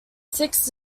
six